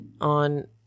on